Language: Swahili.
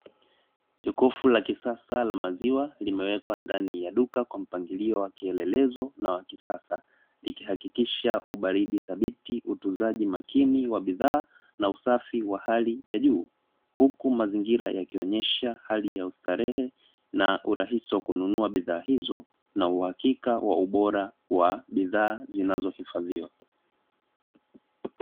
Jokofu la kisasa la maziwa limewekwa ndani ya duka kwa mpangilio wa kielelezo na kisasa; likihakikisha ubaridi thabiti, utunzaji makini wa bidhaa na usafi wa hali ya juu, huku mazingira yakionyesha hali ya ustarehe na urahisi wa kununua bidhaa hizo, na uhakika wa ubora wa bidhaa zinazohifadhiwa.